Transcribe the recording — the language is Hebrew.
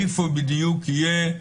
איפה בדיוק יהיה,